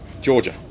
Georgia